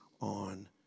on